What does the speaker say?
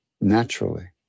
naturally